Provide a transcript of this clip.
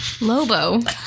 Lobo